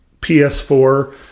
PS4